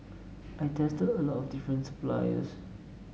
I tested a lot of different suppliers